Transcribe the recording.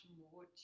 more